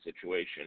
situation